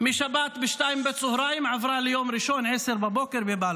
משבת ב-14:00 היא עברה ליום ראשון ל-10:00 בבלפור.